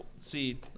see